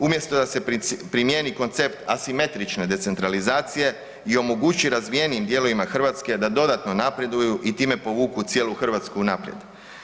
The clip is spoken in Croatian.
Umjesto da se primjeni koncept asimetrične decentralizacije i omogući razvijenijim dijelovima Hrvatske da dodatno napreduju i time povuku cijelu Hrvatsku naprijed.